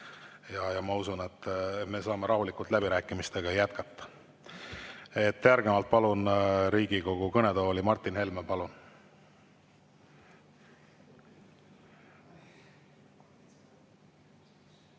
usun, et me saame rahulikult läbirääkimistega jätkata. Järgnevalt palun Riigikogu kõnetooli Martin Helme. Palun!